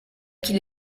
qu’il